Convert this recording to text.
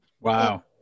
Wow